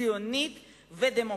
ציונית ודמוקרטית.